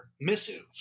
missive